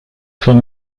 forme